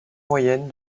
moyenne